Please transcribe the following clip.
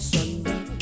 Sunday